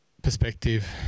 perspective